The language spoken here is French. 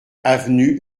avenue